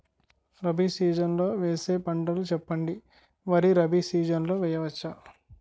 Rabi season లో వేసే పంటలు చెప్పండి? వరి రబీ సీజన్ లో వేయ వచ్చా?